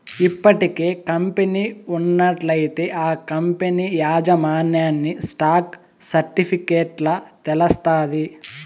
ఇప్పటికే కంపెనీ ఉన్నట్లయితే ఆ కంపనీ యాజమాన్యన్ని స్టాక్ సర్టిఫికెట్ల తెలస్తాది